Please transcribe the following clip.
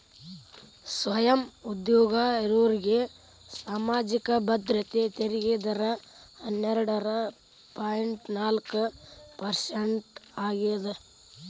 ಸ್ವಯಂ ಉದ್ಯೋಗ ಇರೋರ್ಗಿ ಸಾಮಾಜಿಕ ಭದ್ರತೆ ತೆರಿಗೆ ದರ ಹನ್ನೆರಡ್ ಪಾಯಿಂಟ್ ನಾಲ್ಕ್ ಪರ್ಸೆಂಟ್ ಆಗ್ಯಾದ